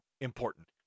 important